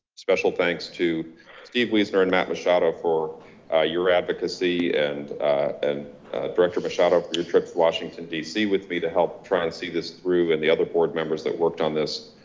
special, thanks to steve wiesner and matt machado for your advocacy and and director of machado for your trips to washington dc. with me to help try and see this through and the other board members that worked on this.